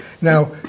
Now